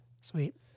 Sweet